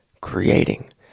creating